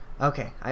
Okay